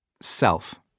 Self